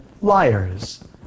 liars